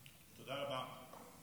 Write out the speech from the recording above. כל הקבוצה שלו.) תודה רבה.